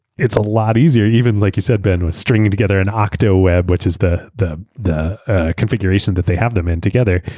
it's a lot easier. even like you said, ben, was stringing together an octaweb which is the the ah configuration that they have them in together,